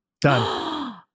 Done